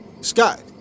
Scott